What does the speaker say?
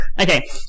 Okay